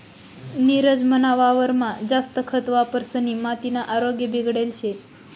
नीरज मना वावरमा जास्त खत वापरिसनी मातीना आरोग्य बिगडेल शे